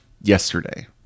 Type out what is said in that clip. yesterday